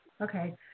Okay